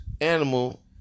animal